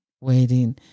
waiting